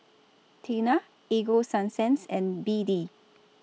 Tena Ego Sunsense and B D